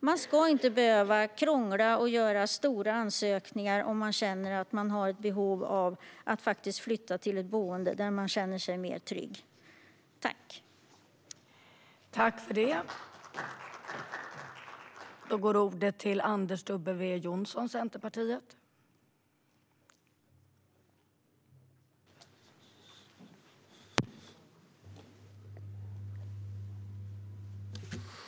Man ska inte behöva krångla och göra komplicerade ansökningar om man känner att man har behov av att flytta till ett boende där man känner sig tryggare.